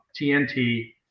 TNT